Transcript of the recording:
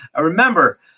remember